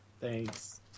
Thanks